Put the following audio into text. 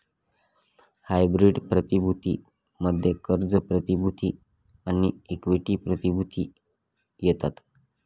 hybrid प्रतिभूती मध्ये कर्ज प्रतिभूती आणि इक्विटी प्रतिभूती येतात